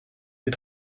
les